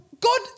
God